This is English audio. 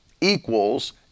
equals